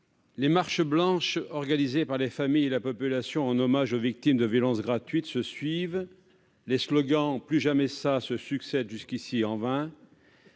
Les marches blanches organisées par les familles et la population en hommage aux victimes de violences gratuites s'enchaînent, les slogans « plus jamais ça !» se succèdent, en vain